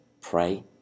pray